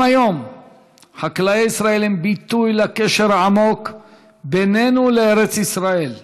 גם היום חקלאי ישראל הם ביטוי לקשר העמוק בינינו לארץ ישראל.